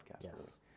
yes